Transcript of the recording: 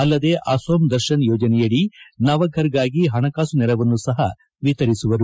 ಅಲ್ಲದೆ ಅಸೊಮ್ ದರ್ಶನ್ ಯೋಜನೆಯಡಿ ನವಘರ್ಗಾಗಿ ಹಣಕಾಸು ನೆರವನ್ನು ಸಹ ವಿತರಿಸಲಿದ್ದಾರೆ